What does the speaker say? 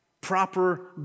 proper